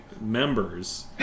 members